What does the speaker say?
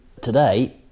Today